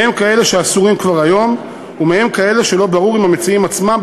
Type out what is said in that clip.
מהם כאלה שאסורים כבר היום ומהם כאלה שלא ברור אם המציעים עצמם,